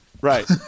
Right